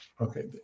Okay